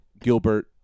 Gilbert